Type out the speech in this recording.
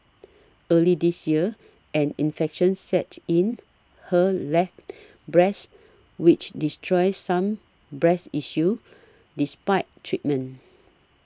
early this year an infection set in her left breast which destroyed some breast issue despite treatment